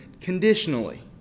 conditionally